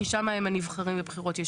כי שם הם נבחרים ישירות בבחירות.